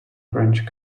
french